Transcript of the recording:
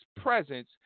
presence